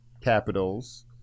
capitals